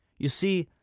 you see,